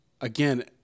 Again